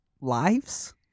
lives